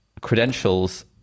credentials